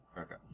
Okay